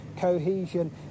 cohesion